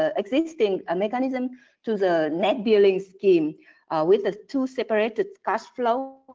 ah existing ah mechanism to the net billing scheme with ah two separate cash flows,